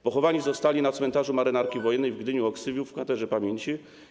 Pochowani zostali na cmentarzu Marynarki Wojennej w Gdyni-Oksywiu w kwaterze pamięci.